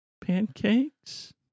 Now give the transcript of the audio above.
pancakes